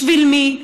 בשביל מי,